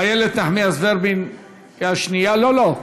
איילת נחמיאס ורבין היא השנייה, לא, לא,